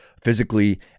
physically